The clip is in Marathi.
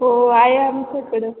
हो आहे आमच्या कडे